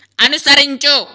అనుసరించు